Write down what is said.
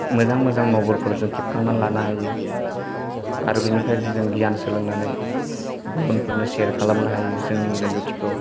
मोजां मोजां नभेलफोर जों खेबखांनानै लानो हायो आरो बेनिफ्राय जों गियान सोलोंनानै गुबुनफोरनो सेयार खालामनो हायो जोंनि रोंगौथिखौ